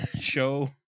show